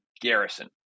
garrison